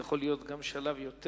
זה יכול להיות גם שלב יותר